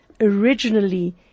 originally